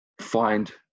find